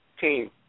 team